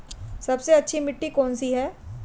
सबसे अच्छी मिट्टी कौन सी है?